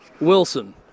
Wilson